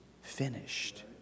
finished